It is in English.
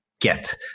get